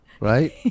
Right